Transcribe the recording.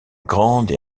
grande